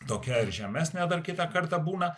tokia ir žemesnė dar kitą kartą būna